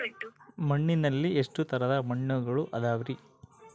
ಮಣ್ಣಿನಲ್ಲಿ ಎಷ್ಟು ತರದ ಮಣ್ಣುಗಳ ಅದವರಿ?